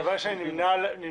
אין.